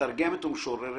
מתרגמת ומשוררת.